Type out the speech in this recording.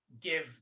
give